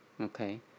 Okay